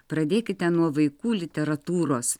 pradėkite nuo vaikų literatūros